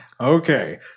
Okay